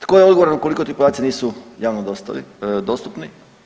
Tko je odgovoran ukoliko ti podaci nisu javno dostupni?